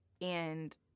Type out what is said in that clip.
and-